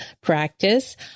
practice